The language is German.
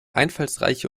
einfallsreiche